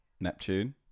Neptune